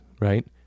right